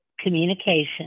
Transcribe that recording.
communication